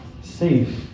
safe